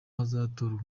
hazatorwa